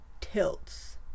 tilts